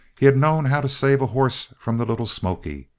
he had known how to save a horse from the little smoky.